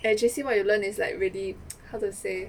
at J_C what you learn is like really how to say